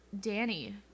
Danny